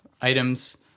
items